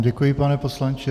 Děkuji vám, pane poslanče.